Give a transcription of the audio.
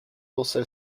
also